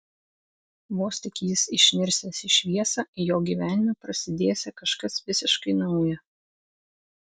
vos tik jis išnirsiąs į šviesą jo gyvenime prasidėsią kažkas visiškai nauja